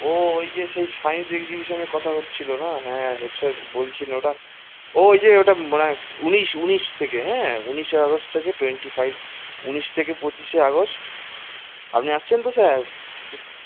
ও ওই যে সেই সাইন্স একজিবিশানের কথা হচ্ছিলো না হ্যাঁ হচ্ছে বলছিলেন ওটা ও ওই যে ওটা মানে উনিশ উনিশ থেকে হ্যাঁ উনিশে আগস্ট থেকে টোয়েন্টি ফাইভ উনিশ থেকে পঁচিশে আগস্ট আপনি আসছেন তো স্যার